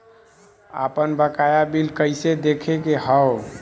आपन बकाया बिल कइसे देखे के हौ?